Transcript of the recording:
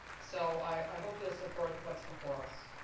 so i hope you will support what's before us.